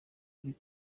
kuri